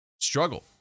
struggle